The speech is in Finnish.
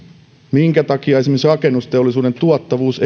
minkä takia esimerkiksi rakennusteollisuuden tuottavuus